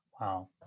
Wow